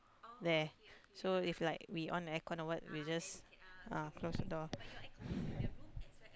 there so if like we on air con or what we just uh close the door